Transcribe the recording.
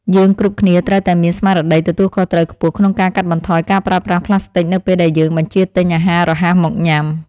យើងគ្រប់គ្នាត្រូវតែមានស្មារតីទទួលខុសត្រូវខ្ពស់ក្នុងការកាត់បន្ថយការប្រើប្រាស់ផ្លាស្ទិចនៅពេលដែលយើងបញ្ជាទិញអាហាររហ័សមកញ៉ាំ។